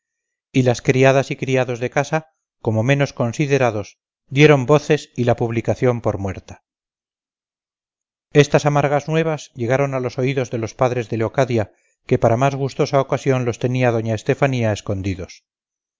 y las criadas y criados de casa como menos considerados dieron voces y la publicaron por muerta estas amargas nuevas llegaron a los oídos de los padres de leocadia que para más gustosa ocasión los tenía doña estefanía escondidos